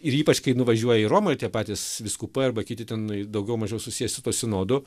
ir ypač kai nuvažiuoji į romą ir tie patys vyskupai arba kiti ten daugiau mažiau susiję su tuo sinodu